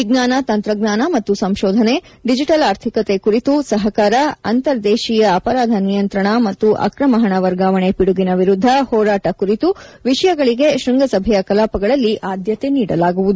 ವಿಜ್ಞಾನ ತಂತ್ರಜ್ಞಾನ ಮತ್ತು ಸಂಶೋಧನೆ ಡಿಜಿಟಲ್ ಆರ್ಥಿಕತೆ ಕುರಿತು ಸಹಕಾರ ಅಂತರ್ ದೇಶೀಯ ಅಪರಾಧ ನಿಯಂತ್ರಣ ಮತ್ತು ಅಕ್ರಮ ಹಣ ವರ್ಗಾಗಣೆ ಪಿಡುಗಿನ ವಿರುದ್ದ ಹೋರಾಟ ಕುರಿತು ವಿಷಯಗಳಿಗೆ ಶ್ವಂಗಸಭೆಯ ಕಲಾಪಗಳಲ್ಲಿ ಆದ್ಯತೆ ನೀಡಲಾಗುವುದು